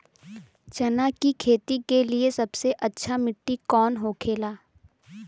चना की खेती के लिए सबसे अच्छी मिट्टी कौन होखे ला?